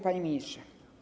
Panie Ministrze!